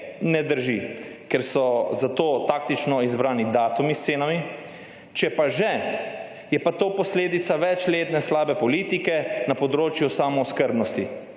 ne drži, ker so za to taktično izbrani datumi s cenami. Če pa že, je to posledica večletne slabe politike na področju samooskrbnosti.